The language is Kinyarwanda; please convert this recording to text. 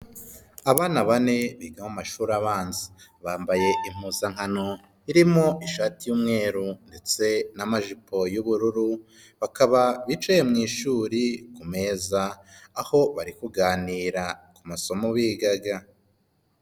Abana bane biga mu mashuri abanza, bambaye impuzankano irimo ishati y'umweru ndetse n'amajipo y'ubururu, bakaba bicaye mu ishuri ku meza aho bari kuganira masomo bigaga.